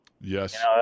Yes